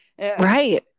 Right